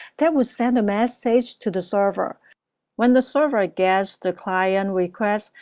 that will send the message to the server when the server ah gets the client requests,